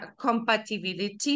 compatibility